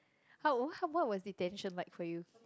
how w~ how what was detention like for you